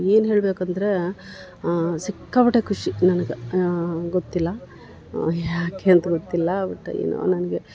ಏನು ಹೇಳ್ಬೇಕಂದ್ರ ಸಿಕ್ಕಾಪಟ್ಟೆ ಖುಷಿ ನನಗೆ ಗೊತ್ತಿಲ್ಲ ಯಾಕೆ ಅಂತ ಗೊತ್ತಿಲ್ಲ ಒಟ್ಟು ಏನೋ ನನಗೆ